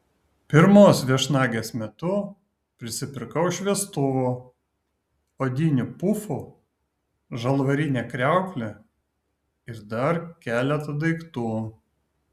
pirmos viešnagės metu prisipirkau šviestuvų odinių pufų žalvarinę kriauklę ir dar keletą daiktų